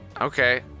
Okay